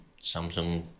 Samsung